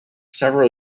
several